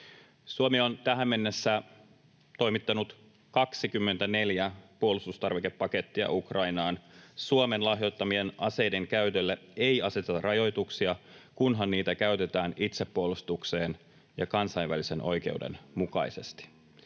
Suomi on tähän mennessä toimittanut 24 puolustustarvikepakettia Ukrainaan. Suomen lahjoittamien aseiden käytölle ei aseteta rajoituksia, kunhan niitä käytetään itsepuolustukseen ja kansainvälisen oikeuden mukaisesti.